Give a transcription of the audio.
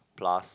plus